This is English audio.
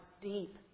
deep